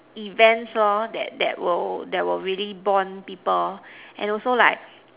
events lor that that will that will really Bond people and also like